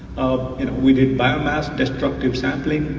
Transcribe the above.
and we did biomass destructive sampling,